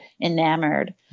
enamored